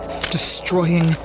destroying